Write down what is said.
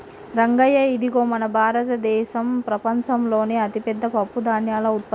రంగయ్య ఇదిగో మన భారతదేసం ప్రపంచంలోనే అతిపెద్ద పప్పుధాన్యాల ఉత్పత్తిదారు